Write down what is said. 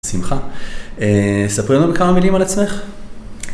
שמחה, ספרי לנו כמה מילים על עצמך.